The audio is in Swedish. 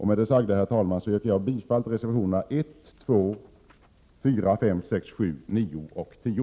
Med det sagda yrkar jag, herr talman, bifall till reservationerna 1,2,4,5,6, 7, 9 och 10.